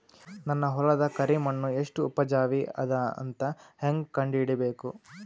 ನನ್ನ ಹೊಲದ ಕರಿ ಮಣ್ಣು ಎಷ್ಟು ಉಪಜಾವಿ ಅದ ಅಂತ ಹೇಂಗ ಕಂಡ ಹಿಡಿಬೇಕು?